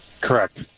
Correct